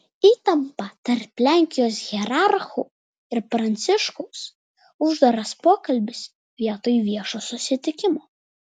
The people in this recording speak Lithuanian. įtampa tarp lenkijos hierarchų ir pranciškaus uždaras pokalbis vietoj viešo susitikimo